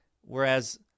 whereas